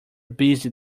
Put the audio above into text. busy